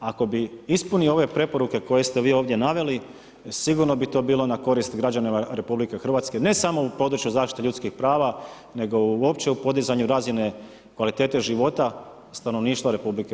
Ako bi ispunio ove preporuke koje ste vi ovdje naveli sigurno bi to bilo na korist građanima RH ne samo u području zaštite ljudskih prava nego uopće u podizanju razine kvalitete života stanovništva RH.